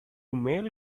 male